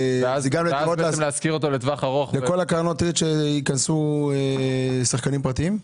זה לכל קרנות הריט שייכנסו שחקנים פרטיים?